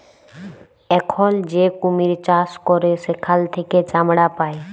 এখল যে কুমির চাষ ক্যরে সেখাল থেক্যে চামড়া পায়